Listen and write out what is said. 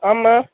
ஆமாம்